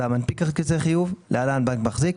והמנפיק כרטיסי חיוב (להלן בנק מחזיק)